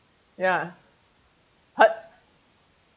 ya her